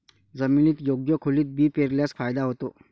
जमिनीत योग्य खोलीत बी पेरल्यास फायदा होतो